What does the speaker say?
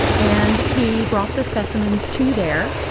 and he brought the specimens to there,